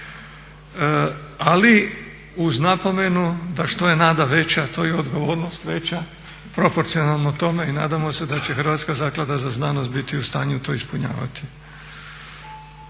ali uz napomenu da što je nada veća to je i odgovornost veća. Proporcionalno tome i nadamo se da će Hrvatska zaklada za znanost biti u stanju to ispunjavati.